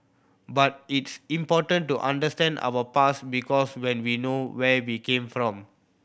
but it's important to understand our past because when we know where we came from